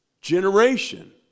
generation